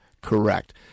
Correct